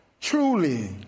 truly